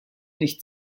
nicht